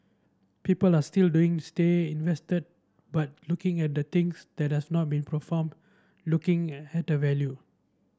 people are still looking stay invested but looking at the things that does not be performed looking at the value